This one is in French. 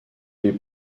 les